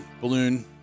balloon